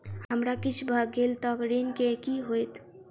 हमरा किछ भऽ गेल तऽ ऋण केँ की होइत?